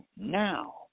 now